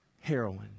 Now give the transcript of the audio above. heroin